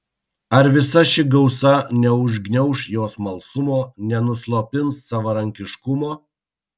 ar visa ši gausa neužgniauš jo smalsumo nenuslopins savarankiškumo